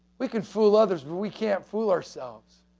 we can fool others, but we can't fool ourselves,